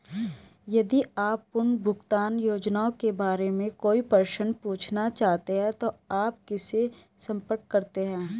यदि आप पुनर्भुगतान योजनाओं के बारे में कोई प्रश्न पूछना चाहते हैं तो आप किससे संपर्क करते हैं?